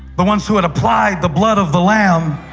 the ones who had applied the blood of the lamb.